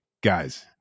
guys